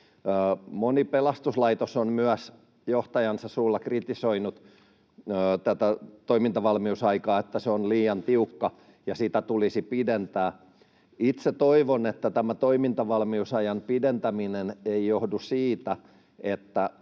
Moni pelastuslaitos on myös johtajansa suulla kritisoinut tätä toimintavalmiusaikaa, että se on liian tiukka ja sitä tulisi pidentää. Itse toivon, että tämä toimintavalmiusajan pidentäminen ei johdu siitä,